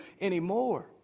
anymore